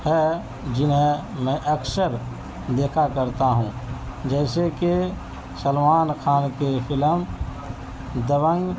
ہیں جنہیں میں اکثر دیکھا کرتا ہوں جیسے کہ سلمان خان کی فلم دبنگ